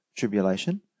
Tribulation